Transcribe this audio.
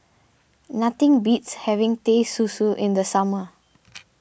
nothing beats having Teh Susu in the summer